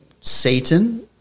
Satan